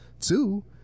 two